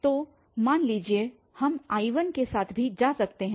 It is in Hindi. तो हम मान लीजिए I1 के साथ भी जा सकते हैं